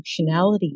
functionality